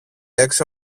έξω